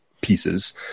pieces